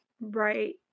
Right